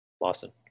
Boston